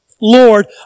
Lord